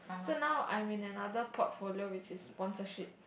so now I'm in another portfolio which is sponsorship